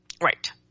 right